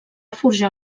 forjar